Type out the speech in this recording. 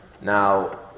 Now